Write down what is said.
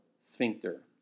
sphincter